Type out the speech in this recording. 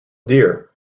dear